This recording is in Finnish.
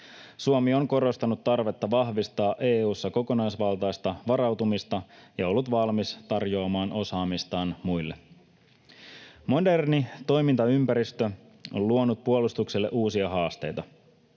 Suomi on korostanut tarvetta vahvistaa EU:ssa kokonaisvaltaista varautumista ja ollut valmis tarjoamaan osaamistaan muille. Moderni toimintaympäristö on luonut puolustukselle uusia haasteita.